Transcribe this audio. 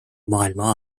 maailma